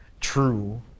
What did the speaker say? true